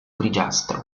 grigiastro